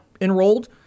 enrolled